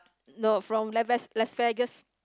no from Lavas Las Vegas